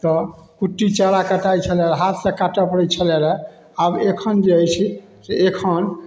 तऽ कुट्टी चारा कटाइ छलै हाथसँ काटै पड़ै छलै रहै आब एखन जे अछि से एखन